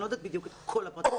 אני לא יודעת בדיוק את כל הפרטים,